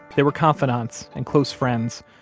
they were confidants and close friends,